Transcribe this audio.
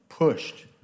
pushed